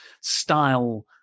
style